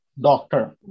doctor